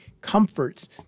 comforts